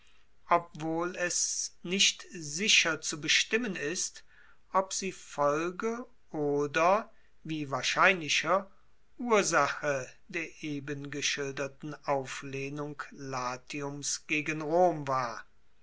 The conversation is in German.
obwohl es nicht sicher zu bestimmen ist ob sie folge oder wie wahrscheinlicher ursache der eben geschilderten auflehnung latiums gegen rom war